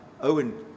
Owen